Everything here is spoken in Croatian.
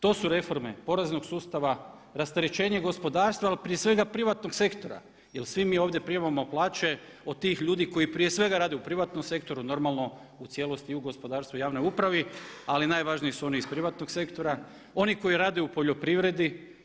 To su reforme poreznog sustava, rasterećenje gospodarstva ali prije svega privatnog sektora jer svi mi ovdje primamo plaće od tih ljudi koji prije svega rade u privatnom sektoru, normalno u cijelosti u gospodarstvu i javnoj upravi ali najvažniji su oni iz privatnog sektora, oni koji rade u poljoprivredi.